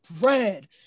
bread